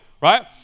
right